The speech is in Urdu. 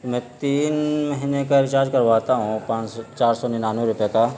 میں تین مہینے کا ریچارج کرواتا ہوں پانچ سو چار سو ننانوے روپے کا